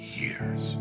years